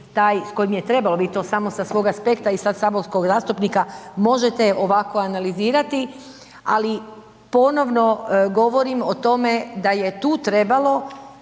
s kojim je trebalo bit, to samo sa svog aspekta i saborskog zastupnika, možete ovako analizirati, ali ponovno govorim o tome da je tu trebalo